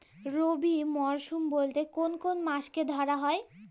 রবি মরশুম বলতে কোন কোন মাসকে ধরা হয়?